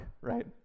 right